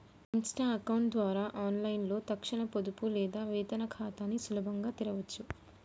Insta account ద్వారా ఆన్లైన్లో తక్షణ పొదుపు లేదా వేతన ఖాతాని సులభంగా తెరవచ్చు